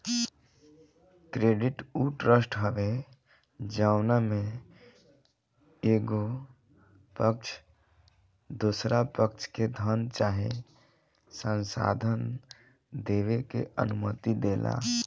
credit उ trust हवे जवना में एगो पक्ष दोसरा पक्ष के धन चाहे संसाधन देबे के अनुमति देला